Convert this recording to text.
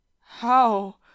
How